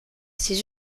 ses